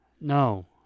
No